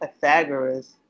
Pythagoras